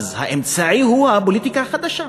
אז האמצעי הוא הפוליטיקה החדשה,